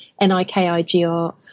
N-I-K-I-G-R